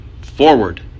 forward